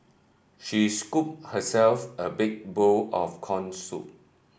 she scooped herself a big bowl of corn soup